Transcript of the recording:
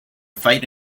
fight